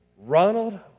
Ronald